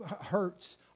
hurts